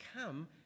come